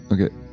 Okay